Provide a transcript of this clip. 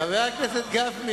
רבותי,